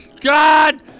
God